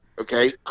okay